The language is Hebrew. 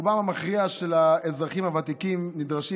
רובם המכריע של האזרחים הוותיקים נדרשים